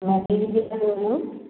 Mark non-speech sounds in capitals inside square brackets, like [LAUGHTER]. [UNINTELLIGIBLE] कितनी है